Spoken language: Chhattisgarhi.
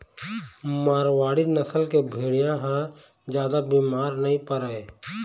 मारवाड़ी नसल के भेड़िया ह जादा बिमार नइ परय